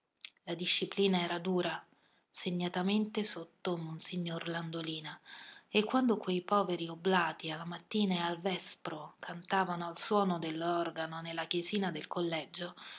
la disciplina era dura segnatamente sotto monsignor landolina e quando quei poveri oblati alla mattina e al vespro cantavano al suono dell'organo nella chiesina del collegio